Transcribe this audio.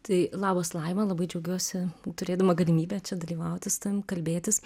tai labas laima labai džiaugiuosi turėdama galimybę čia dalyvauti su tavim kalbėtis